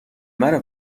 منو